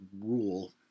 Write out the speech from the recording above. rule